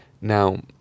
Now